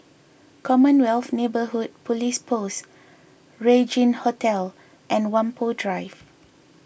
Commonwealth Neighbourhood Police Post Regin Hotel and Whampoa Drive